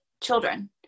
children